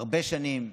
הרבה שנים.